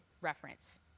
reference